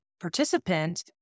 participant